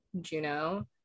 Juno